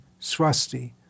swasti